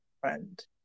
friend